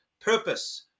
purpose